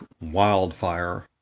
wildfire